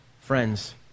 Friends